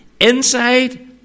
Inside